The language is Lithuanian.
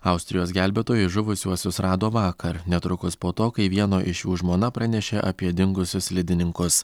austrijos gelbėtojai žuvusiuosius rado vakar netrukus po to kai vieno iš jų žmona pranešė apie dingusius slidininkus